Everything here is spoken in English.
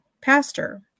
pastor